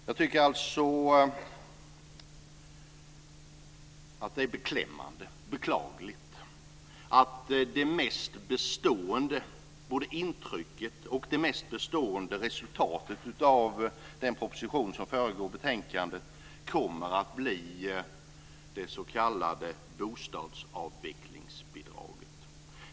Jag tycker alltså att det är beklämmande och beklagligt att det mest bestående både intrycket och resultatet av den proposition som föregår betänkandet kommer att bli det s.k. bostadsavvecklingsbidraget.